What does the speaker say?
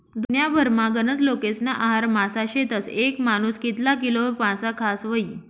दुन्याभरमा गनज लोकेस्ना आहार मासा शेतस, येक मानूस कितला किलो मासा खास व्हयी?